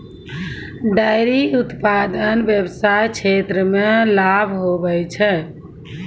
dairy उप्तादन व्याबसाय क्षेत्र मे लाभ हुवै छै